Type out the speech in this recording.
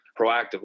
proactively